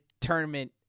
tournament